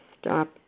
stop